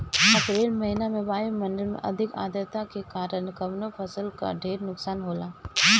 अप्रैल महिना में वायु मंडल में अधिक आद्रता के कारण कवने फसल क ढेर नुकसान होला?